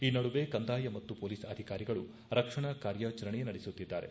ಈ ನಡುವೆ ಕಂದಾಯ ಮತ್ತು ಪೊಲೀಸ್ ಅಧಿಕಾರಿಗಳು ರಕ್ಷಣಾ ಕಾರ್ಯಾಚರಣೆ ನಡೆಸುತ್ತಿದ್ದಾರೆ